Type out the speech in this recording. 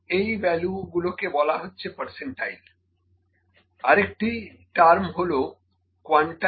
এই ভ্যালু গুলোকে বলা হচ্ছে পার্সেন্টাইল আরেকটি টার্ম হলো কোয়ানটাইল